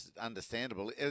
understandable